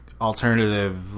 alternative